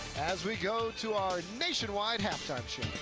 as we go to our nationwide halftime show.